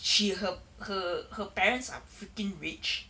she her her her parents are freaking rich